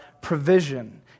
provision